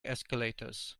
escalators